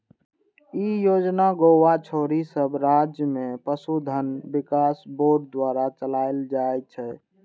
ई योजना गोवा छोड़ि सब राज्य मे पशुधन विकास बोर्ड द्वारा चलाएल जाइ छै